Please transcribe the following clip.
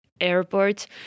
airport